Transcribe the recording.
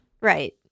Right